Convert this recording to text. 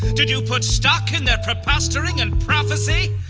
did you put stock in their prepostering and prophesy?